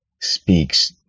Speaks